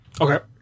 Okay